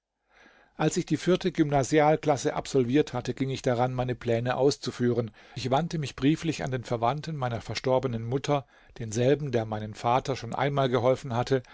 als ich die vierte gymnasialklasse absolviert hatte ging ich daran meine pläne auszuführen ich wandte mich brieflich an den verwandten meiner verstorbenen mutter denselben der meinem vater schon einmal geholfen hatte